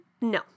No